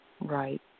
Right